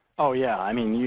oh, yeah. i mean, yeah